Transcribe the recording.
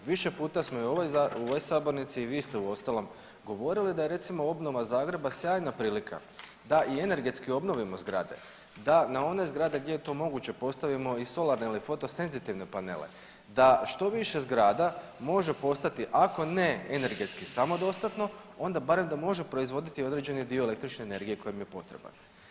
Više puta smo i u ovoj sabornici i vi ste uostalom govorili da je recimo obnova Zagreba sjajna prilika da i energetski obnovimo zgrade, da na one zgrade gdje je to moguće postavimo i solarne ili fotosenzitivne panele, da što više zgrada može postati ako ne energetski samodostatno onda barem da može proizvoditi određeni dio električne energije koji im je potreban.